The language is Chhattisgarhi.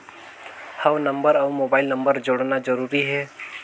हव नंबर अउ मोबाइल नंबर जोड़ना जरूरी हे?